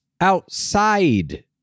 outside